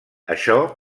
això